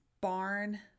barn